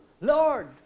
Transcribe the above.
Lord